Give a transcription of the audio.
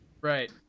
Right